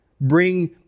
bring